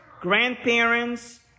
grandparents